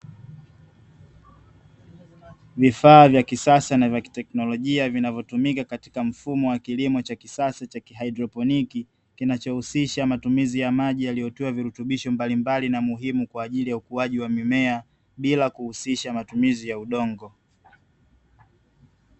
Vifaa vya kisasa na vya kiteknolojia vinavyotumika katika mfumo wa kilimo cha kisasa cha kihaidroponiki, kinachohusisha matumizi ya maji yaliyotiwa virutubisho mbalimbali na muhimu kwa ajili ya ukuaji wa mimea bila kuhusisha matumizi ya udongo.